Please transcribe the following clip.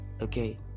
Okay